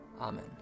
amen